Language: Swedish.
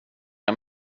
jag